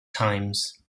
times